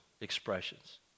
expressions